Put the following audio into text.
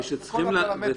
לכל הפרמטרים.